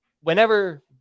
whenever